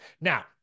now